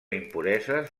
impureses